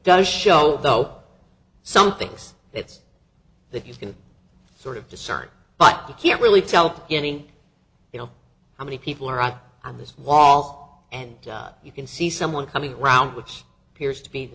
does show though some things it's that you can sort of discern but you can't really tell getting you know how many people are out on this wall and you can see someone coming around which appears to be the